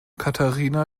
katharina